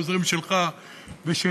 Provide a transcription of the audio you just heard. העוזרים שלך ושלי.